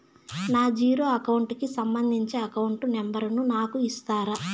నా zero account కి సంబంధించి అకౌంట్ నెంబర్ ను నాకు ఇస్తారా